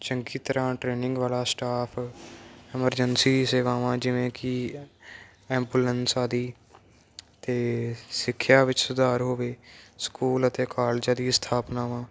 ਚੰਗੀ ਤਰ੍ਹਾਂ ਟਰੇਨਿੰਗ ਵਾਲਾ ਸਟਾਫ ਐਮਰਜੰਸੀ ਸੇਵਾਵਾਂ ਜਿਵੇਂ ਕਿ ਐਂਬੂਲੈਂਸਾ ਦੀ ਅਤੇ ਸਿੱਖਿਆ ਵਿੱਚ ਸੁਧਾਰ ਹੋਵੇ ਸਕੂਲ ਅਤੇ ਕਾਲਜਾਂ ਦੀ ਸਥਾਪਨਾਵਾਂ